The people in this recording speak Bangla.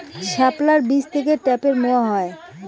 শাপলার বীজ থেকে ঢ্যাপের মোয়া হয়?